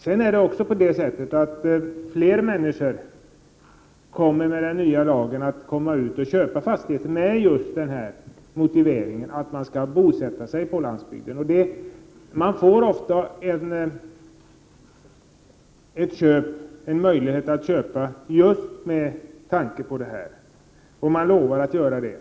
Med den nya lagen kommer fler människor att köpa jordbruksfastigheter just med motiveringen att de skall bosätta sig på landsbygden. Man får ofta en möjlighet att köpa just med hänvisning till det, och man lovar att göra det.